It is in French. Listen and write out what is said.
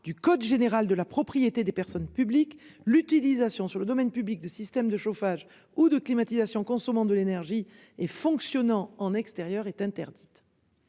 du code général de la propriété des personnes publiques l'utilisation sur le domaine public de système de chauffage ou de climatisation consommant de l'énergie et fonctionnant en extérieur est interdite.